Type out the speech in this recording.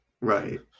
Right